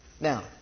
Now